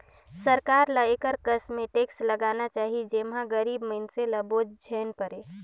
सरकार ल एकर कस में टेक्स लगाना चाही जेम्हां गरीब मइनसे ल बोझ झेइन परे